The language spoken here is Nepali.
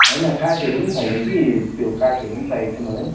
होइन काठहरू पनि छैन कि त्यो काठहरू पनि चाहिएको थियो मलाई